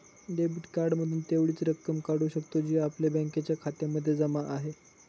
debit card मधून तेवढीच रक्कम काढू शकतो, जी आपल्या बँकेच्या खात्यामध्ये जमा आहे